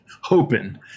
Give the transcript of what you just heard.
hoping